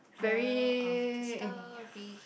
moral of the story